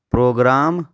program